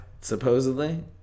Supposedly